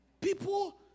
People